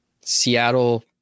Seattle